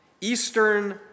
Eastern